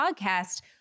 podcast